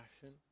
passion